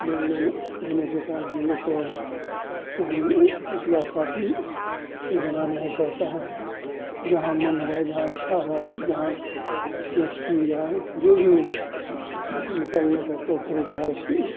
then लेन होने के हमलोग को अब कहीं रुपया साथ ही में ले जाना नहीं पड़ता है जहाँ मन हुआ जहाँ इच्छा हुई जी जहाँ सी एस पी या जो भी निकालने का तौर तरीका है उसी